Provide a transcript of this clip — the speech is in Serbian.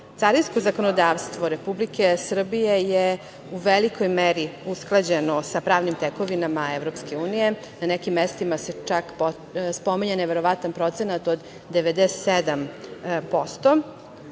carinsko zakonodavstvo Republike Srbije je u velikoj meri usklađeno sa pravnim tekovinama EU. Na nekim mestima se čak spominje neverovatan procenat od